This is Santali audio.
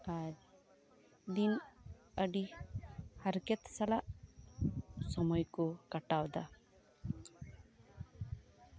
ᱟᱨ ᱫᱤᱱ ᱟᱹᱰᱤ ᱦᱟᱨᱠᱮᱛ ᱥᱟᱞᱟᱜ ᱥᱚᱢᱚᱭ ᱠᱚ ᱠᱟᱴᱟᱣᱫᱟ